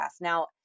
Now